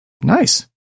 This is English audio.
Nice